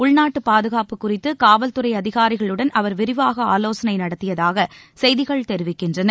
உள்நாட்டு பாதுகாப்பு குறித்து காவல்துறை அதிகாரிகளுடன் அவர் விரிவாக ஆலோசனை நடத்தியதாக செய்திகள் தெரிவிக்கின்றன